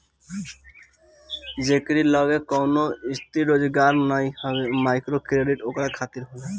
जेकरी लगे कवनो स्थिर रोजगार नाइ हवे माइक्रोक्रेडिट ओकरा खातिर होला